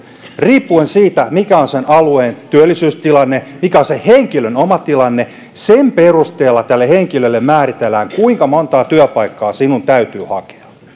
riippuen siitä mikä on alueen työllisyystilanne mikä on henkilön oma tilanne sen perusteella tälle henkilölle määritellään kuinka montaa työpaikkaa hänen täytyy hakea